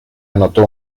anotó